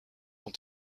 ont